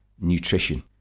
nutrition